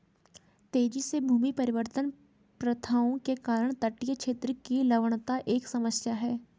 तेजी से भूमि परिवर्तन प्रथाओं के कारण तटीय क्षेत्र की लवणता एक समस्या है